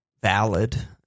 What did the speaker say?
valid